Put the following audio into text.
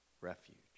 refuge